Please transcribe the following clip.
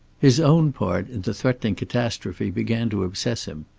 his own part in the threatening catastrophe began to obsess him.